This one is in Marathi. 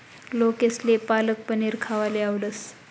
लोकेसले पालक पनीर खावाले आवडस